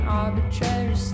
arbitrary